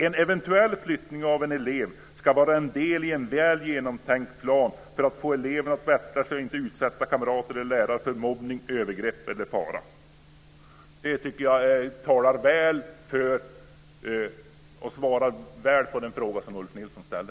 En eventuell flyttning av en elev skall vara en del i en väl genomtänkt plan för att få eleven att bättra sig och inte utsätta kamrater eller lärare för mobbning, övergrepp eller fara." Det svarar tydligt på den fråga som Ulf Nilsson ställde.